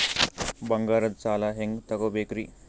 ಬಂಗಾರದ್ ಸಾಲ ಹೆಂಗ್ ತಗೊಬೇಕ್ರಿ?